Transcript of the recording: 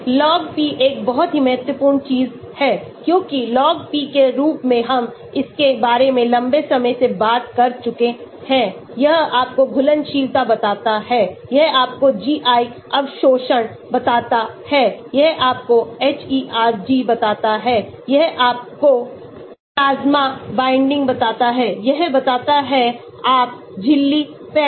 Log p एक बहुत ही महत्वपूर्ण चीज है क्योंकि log p के रूप में हम इसके बारे में लंबे समय से बात कर चुके हैं यह आपको घुलनशीलता बताता है यह आपको GI अवशोषण बताता है यह आपको hERG बताता है यह आपको प्लाज्मा बाइंडिंग बताता है यह बताता है आप झिल्ली पैठ